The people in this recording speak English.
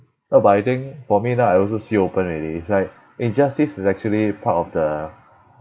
no but I think for me now I also see open already it's like injustice is actually part of the